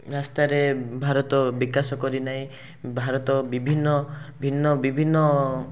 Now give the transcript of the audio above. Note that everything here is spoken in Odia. ରାସ୍ତାରେ ଭାରତ ବିକାଶ କରିନାହିଁ ଭାରତ ବିଭିନ୍ନ ଭିନ୍ନ ବିଭିନ୍ନ